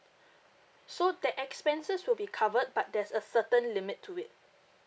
so that expenses will be covered but there's a certain limit to it